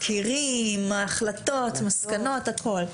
תזכירים, החלטות, מסקנות, הכול,